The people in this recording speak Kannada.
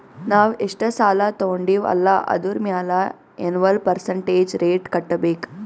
ನಾವ್ ಎಷ್ಟ ಸಾಲಾ ತೊಂಡಿವ್ ಅಲ್ಲಾ ಅದುರ್ ಮ್ಯಾಲ ಎನ್ವಲ್ ಪರ್ಸಂಟೇಜ್ ರೇಟ್ ಕಟ್ಟಬೇಕ್